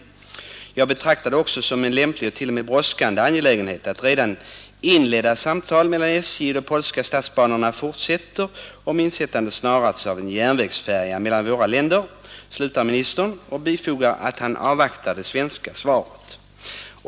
Han fortsätter: ”Jag betraktar det också som en lämplig och t.o.m. brådskande angelägenhet att redan inledda samtal mellan SJ och de polska statsbanorna fortsätter om inrättande snarast av en järnvägsfärja mellan våra länder.” Ministern slutar med att han avvaktar det svenska svaret.